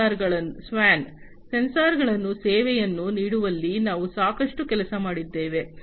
ಸೆನ್ಸಾರ್ಗಳನ್ನು ಸೇವೆಯನ್ನು ನೀಡುವಲ್ಲಿ ನಾವು ಸಾಕಷ್ಟು ಕೆಲಸ ಮಾಡಿದ್ದೇವೆ